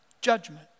judgment